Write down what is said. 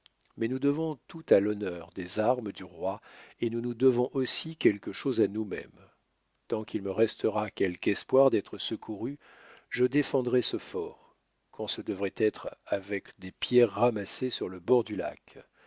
mais nous devons tout à l'honneur des armes du roi et nous nous devons aussi quelque chose à nousmêmes tant qu'il me restera quelque espoir d'être secouru je défendrai ce fort quand ce devrait être avec des pierres ramassées sur le bord du lac